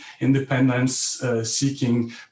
independence-seeking